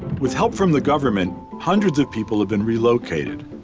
with help from the government, hundreds of people have been relocated.